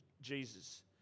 Jesus